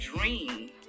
dream